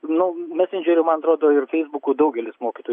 nu mesendžeriu man atrodo ir feisbuku daugelis mokytojų